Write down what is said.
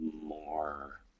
more